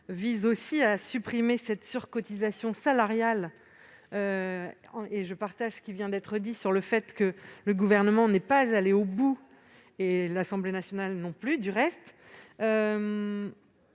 vise aussi à supprimer la surcotisation salariale. Je partage ce qui vient d'être dit sur le fait que le Gouvernement n'est pas allé au bout- l'Assemblée nationale non plus, du reste.